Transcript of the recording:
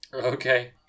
Okay